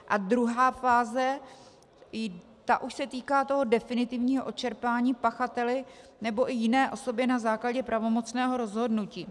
A druhá fáze, ta už se týká definitivního odčerpání pachateli nebo i jiné osobě na základě pravomocného rozhodnutí.